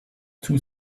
too